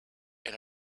and